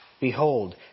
Behold